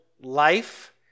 life